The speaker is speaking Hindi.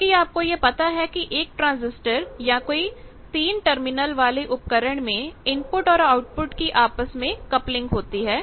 क्योंकि आपको यह पता है कि एक ट्रांजिस्टर या कोई 3 टर्मिनल वाले उपकरण में इनपुट और आउटपुट की आपस में कपलिंग होती है